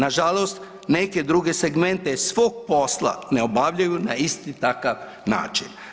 Nažalost, neke druge segmente svog posla ne obavljaju na isti takav način.